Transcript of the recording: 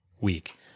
week